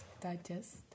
digest